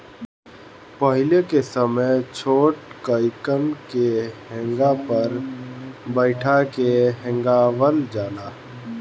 पहिले के समय छोट लइकन के हेंगा पर बइठा के हेंगावल जाला